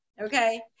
okay